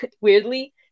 weirdly